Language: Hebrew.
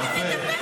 איך אתה מדבר?